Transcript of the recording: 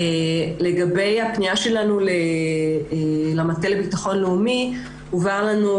לגבי הפנייה שלנו למטה לביטחון לאומי הובהר לנו,